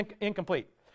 incomplete